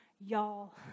y'all